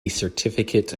certificate